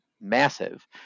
massive